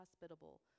hospitable